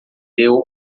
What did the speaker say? deu